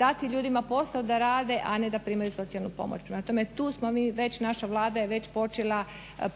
dati ljudima posao da rade, a ne da primaju socijalnu pomoć. Prema tome tu je već naša Vlada počela